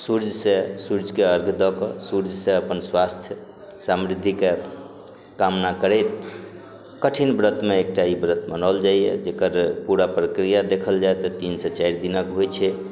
सूर्जसँ सूर्जके अर्घ्य दऽ कऽ सूर्जसँ अपन स्वास्थ्य सामृद्धिके कामना करैत कठिन व्रतमे एकटा ई व्रत मनाओल जाइया जेकर पूरा प्रक्रिया देखल जाए तऽ तीन से चारि दिनक होइ छै